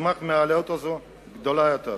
שתצמח מהעלות הזו היא יותר גדולה ממנה.